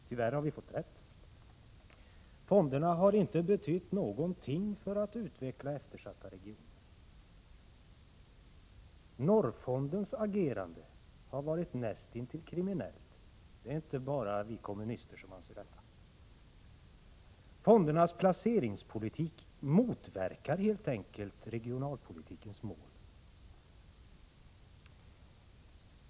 Tyvärr har vi fått rätt. Fonderna har inte betytt någonting för att utveckla eftersatta regioner. Norrfondens agerande har varit näst intill kriminellt — det är inte bara vi kommunister som anser detta. Fondernas placeringspolitik motverkar helt enkelt regionalpolitikens mål.